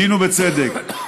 בדין ובצדק,